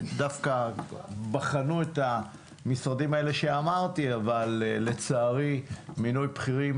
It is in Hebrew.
דווקא בחנו את המשרדים האלה שאמרתי אבל לצערי מינוי בכירים